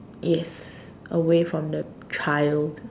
yes away from the child